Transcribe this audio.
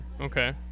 okay